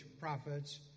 prophets